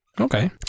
okay